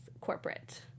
corporate